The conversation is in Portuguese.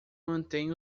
mantém